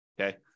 Okay